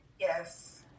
Yes